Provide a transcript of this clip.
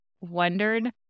wondered